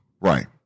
Right